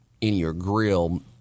in-your-grill